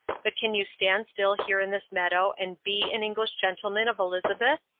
but can you stand still here in this meadow and be an english gentleman of elizabeth?